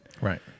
Right